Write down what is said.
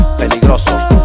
peligroso